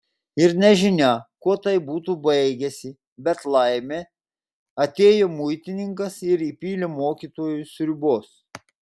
ir nežinia kuo tai būtų baigęsi bet laimė atėjo muitininkas ir įpylė mokytojui sriubos